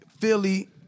Philly